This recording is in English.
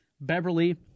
Beverly